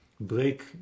break